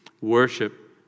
worship